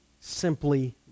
simply